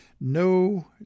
No